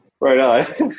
right